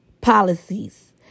policies